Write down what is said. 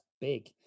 big